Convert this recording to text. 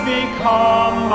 become